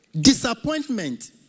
disappointment